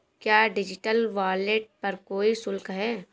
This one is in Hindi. क्या डिजिटल वॉलेट पर कोई शुल्क है?